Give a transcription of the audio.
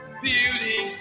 beauty